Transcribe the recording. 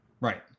Right